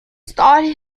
started